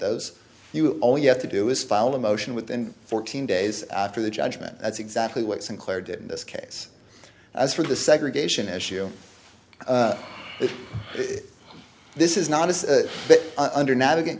those you only have to do is file a motion within fourteen days after the judgment that's exactly what sinclair did in this case as for the segregation issue that this is not as under naviga